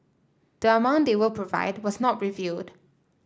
the amount they will provide was not revealed